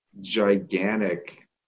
gigantic